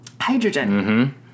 Hydrogen